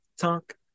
Talk